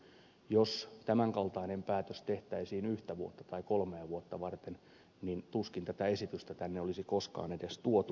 jos tämänkaltainen päätös tehtäisiin yhtä vuotta tai kolmea vuotta varten niin tuskin tätä esitystä tänne olisi koskaan edes tuotu